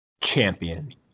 Champion